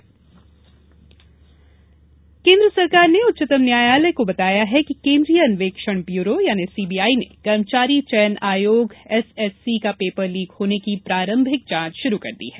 CBI जांच केन्द्र सरकार ने उच्चतम न्यायालय को बताया है कि केन्द्रीय अन्वेषण ब्यूरो सी बी आई ने कर्मचारी चयन आयोग एस एस सी का पेपर लीक होने की प्रारंभिक जांच शुरू कर दी है